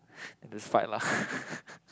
then just fight lah